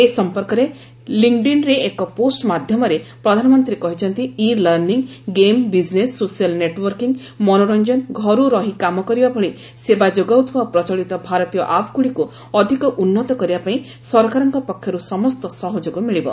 ଏ ସଂପର୍କରେ ଲିଙ୍କ୍ଡିନ୍ରେ ଏକ ପୋଷ୍ଟ ମାଧ୍ୟମରେ ପ୍ରଧାନମନ୍ତ୍ରୀ କହିଛନ୍ତି e learning game business social networking ମନୋର୍ଚ୍ଚନ ଘରୁ ରହି କାମ କରିବା ଭଳି ସେବା ଯୋଗାଉଥିବା ପ୍ରଚଳିତ ଭାରତୀୟ ଆପ୍ଗୁଡ଼ିକୁ ଅଧିକ ଉନ୍ନତ କରିବା ପାଇଁ ସରକାରଙ୍କ ପକ୍ଷରୁ ସମସ୍ତ ସହଯୋଗ ମିଳିବ